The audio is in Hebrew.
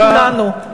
לכולנו.